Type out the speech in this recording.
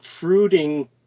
fruiting